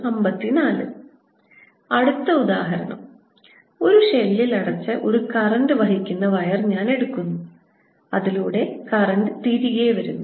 അടുത്ത ഉദാഹരണം ഒരു ഷെല്ലിൽ അടച്ച ഒരു കറന്റ് വഹിക്കുന്ന വയർ ഞാൻ എടുക്കുന്നു അതിലൂടെ കറന്റ് തിരികെ വരുന്നു